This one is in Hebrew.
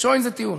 שוין זה טיעון.